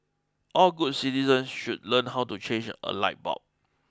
all good citizens should learn how to change a light bulb